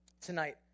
tonight